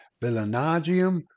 villanagium